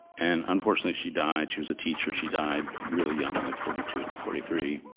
and unfortunately she died. she was a teacher. she died really young, like forty two, forty three,